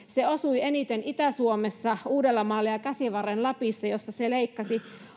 se osui eniten itä suomessa uudellamaalla ja ja käsivarren lapissa jossa alennettu työttömyysetuus leikkasi